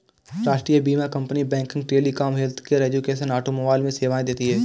राष्ट्रीय बीमा company banking, telecom, healthcare, education, automobile में सेवाएं देती है